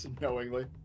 Knowingly